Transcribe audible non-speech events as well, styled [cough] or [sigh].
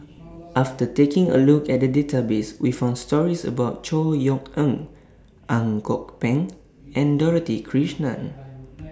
[noise] after taking A Look At The Database We found stories about Chor Yeok Eng Ang Kok Peng and Dorothy Krishnan